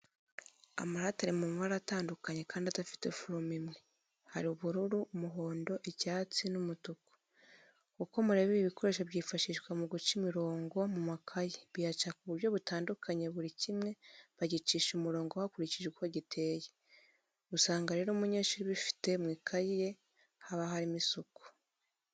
Amarate ari mumabara atandukanye kadi adafite forume imwe harimo ubururu, umuhondo, icyatsi,n,umutuku. uko mureba ibi bikoresho byifashishwa muguca imirongo mumakayi biyaca muburyo butandukanye buri kimwe bagicisha umurongo bakurikije uko giteye. usangarero umunyeshuri ubifite mwikayi ye haba harimo isuku.